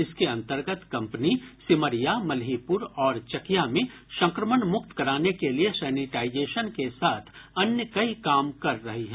इसके अंतर्गत कंपनी सिमरिया मल्हीपुर और चकिया में संक्रमण मुक्त कराने के लिए सैनिटाइजेशन के साथ अन्य कई काम कर रही है